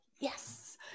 Yes